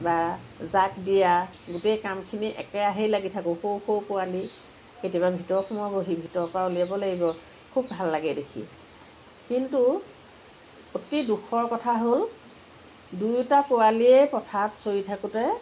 বা জাক দিয়া গোটেই কামখিনিত একেৰাহেই লাগি থাকোঁ সৰু সৰু পোৱালী কেতিয়াবা ভিতৰত সোমাব সি ভিতৰৰ পৰা উলিয়াব লাগিব খুব ভাল লাগে দেখি কিন্তু অতি দুখৰ কথা হ'ল দুয়োটা পোৱালীয়ে পথাৰত চৰি থাকোঁতে